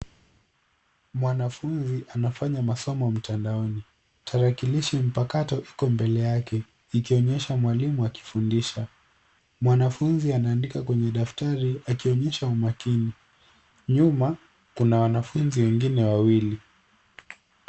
Mwanafunzi anafanya masomo mtandaoni, tarakilishi mpakato iko mbele yake ikionyesha mwalimu akifundisha. mwanafunzi anaadika kwenye daftari akionyesha umakini. Nyuma kuna wanafunzi wengine wawili.